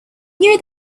knew